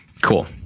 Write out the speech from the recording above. Cool